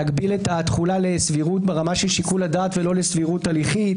להגביל את התחולה לסבירות ברמה של שיקול הדעת ולא לסבירות הליכית,